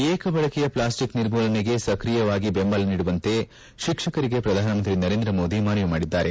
ಏಕ ಬಳಕೆಯ ಪ್ಲಾಸ್ಟಿಕ್ ನಿರ್ಮೂಲನೆಗೆ ಸಕ್ರಿಯವಾಗಿ ಬೆಂಬಲ ನೀಡುವಂತೆ ಶಿಕ್ಷಕರಿಗೆ ಪ್ರಧಾನಮಂತ್ರಿ ನರೇಂದ್ರ ಮೋದಿ ಮನವಿ ಮಾಡಿದ್ದಾರೆ